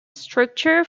structure